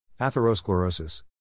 Atherosclerosis